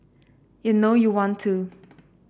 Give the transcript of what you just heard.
you know you want to